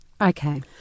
Okay